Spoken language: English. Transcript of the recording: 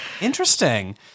interesting